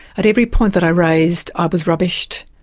at every point that i raised, i was rubbished,